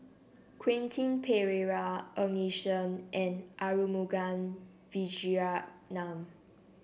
Quentin Pereira Ng Yi Sheng and Arumugam Vijiaratnam